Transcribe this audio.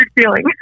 feeling